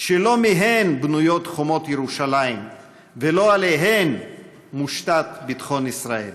שלא מהן בנויות חומות ירושלים ולא עליהן מושתת ביטחון ישראל.